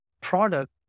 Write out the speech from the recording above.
product